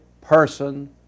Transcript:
person